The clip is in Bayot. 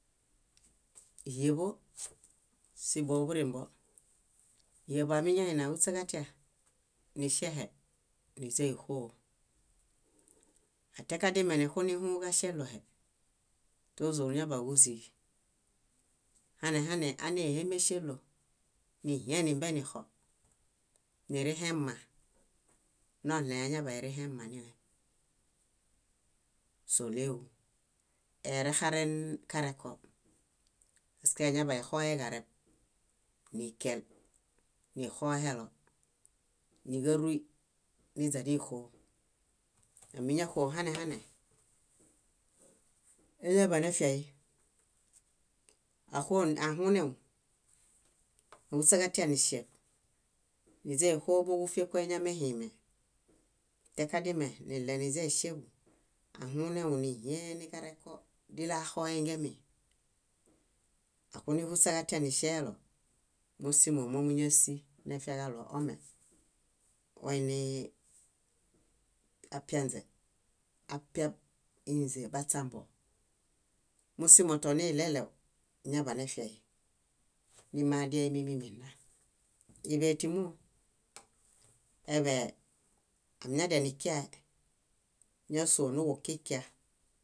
Híeḃo, síboḃurimbo. Híeḃo miñaini áhuśaġatia niŝehe níźanixoo. Atiakadime nixunihũġaŝelohe, túzuġuñaḃaġuzii. Hanehane ánehemeŝelo, nihienimbenixo, nirĩhema, noɭẽ añaḃanirĩhemanilem, sóɭeġu, erexaren kareko paske añaḃanixohe kareb, nikiẽl nixohelo, níġaruy níźanixoo. Amiñaxo hanehane, eñaḃanefiay. Áxo ahunew, áhuśaġatia niŝeḃ níźanixooboġufieko eñamehiime, atiakadime níɭeiźaiŝeḃu, ahunew nihẽe nikereko díli axoengemi, áxunihuśaġatia niŝeelo. Mósimomomuñasi nefiaġaɭo ome oinii apianźe, apiab ínźe baśambo. Mósimo toniɭeɭew eñaḃanefiai mímiadiemimimi nna. Iḃe tímoo. Eḃee amiñadianikiae, ñáso nuġukikia